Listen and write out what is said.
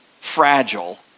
fragile